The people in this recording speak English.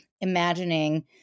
imagining